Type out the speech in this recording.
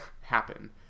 happen